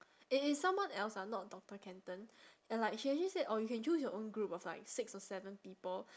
it is someone else ah not doctor kanthan and like she actually said you can choose your own group of like six or seven people